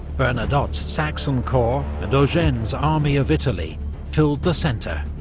bernadotte's saxon corps and eugene's army of italy filled the centre.